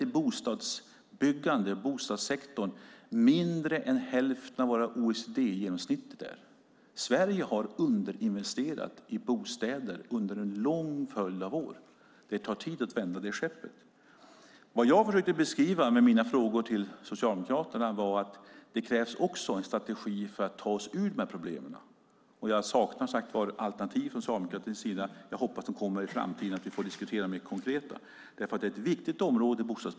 Vi har investerat mindre än hälften av OECD-genomsnittet i bostadssektorn. Sverige har underinvesterat i bostäder under en lång följd av år, och det tar tid att vända det skeppet. Vad jag försökte beskriva med mina frågor till Socialdemokraterna var att det krävs en strategi för att ta oss ur dessa problem. Jag saknar alternativ från Socialdemokraterna. Jag hoppas att det kommer i framtiden så att vi kan diskutera det konkret. Bostadspolitik är ett viktigt område.